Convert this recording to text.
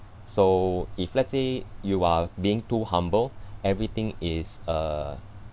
so if let's say you are being too humble everything is uh